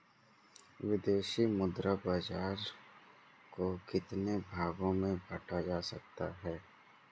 विदेशी मुद्रा बाजार को कितने भागों में बांटा जा सकता है?